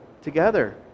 together